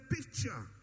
picture